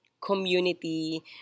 community